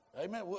Amen